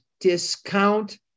discount